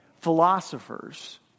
philosophers